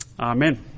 Amen